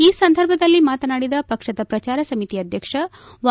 ಈ ಸಂದರ್ಭದಲ್ಲಿ ಮಾತನಾಡಿದ ಪಕ್ಷದ ಪ್ರಚಾರ ಸಮಿತಿ ಅಧ್ಯಕ್ಷ ವೈ